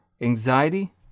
anxiety